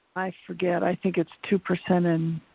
i forget. i think it's two percent in